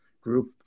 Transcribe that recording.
group